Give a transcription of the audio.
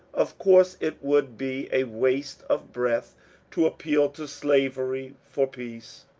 of course it would be a waste of breath to appeal to slavery for peace.